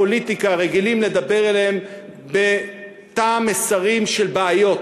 בפוליטיקה רגילים לדבר אליהם בתא המסרים של בעיות.